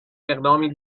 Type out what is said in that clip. اقدامی